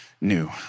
new